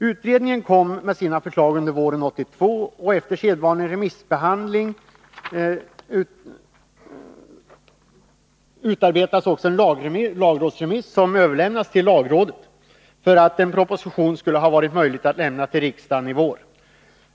Utredningen kom med sina förslag under våren 1982, och efter sedvanlig remissbehandling utarbetades också en lagrådsremiss som överlämnades till lagrådet för att en proposition skulle ha varit möjlig att lämna till riksdagen i vår.